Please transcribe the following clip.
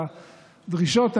לדרישות האיראניות,